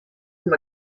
amb